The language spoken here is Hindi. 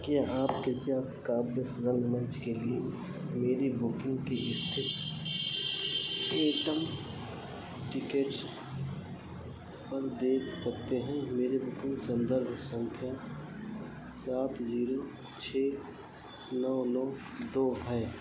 क्या आप कृपया काव्य रंगमंच के लिए मेरी बुकिन्ग की इस्थिति एटम टिकट्स पर देख सकते हैं मेरी बुकिन्ग सन्दर्भ सँख्या सात ज़ीरो छह नौ नौ दो है